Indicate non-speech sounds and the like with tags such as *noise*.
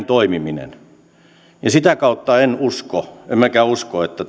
*unintelligible* toimiminen ja sitä kautta en usko emmekä usko että *unintelligible*